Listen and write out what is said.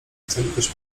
ocaliłeś